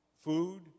food